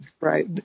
right